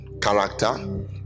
character